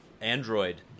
Android